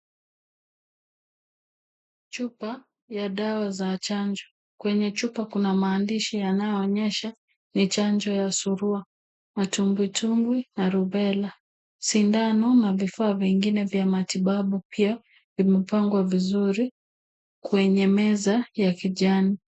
Chupa za dawa ya chanjo. Kwenye chupa kuna maandishi inayoonyesha ni chanjo ya surua, matumbwitumbwi na rubela. Sindano na vifaa vingine vya matibabu pia vimepangwa vizuri kwenye meza ya kijani.